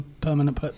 permanent